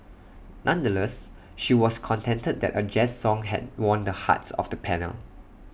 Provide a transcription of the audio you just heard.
nonetheless she was contented that A jazz song had won the hearts of the panel